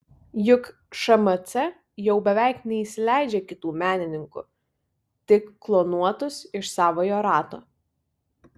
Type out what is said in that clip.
juk šmc jau beveik neįsileidžia kitų menininkų tik klonuotus iš savojo rato